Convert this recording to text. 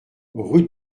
rue